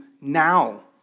now